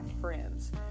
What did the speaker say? friends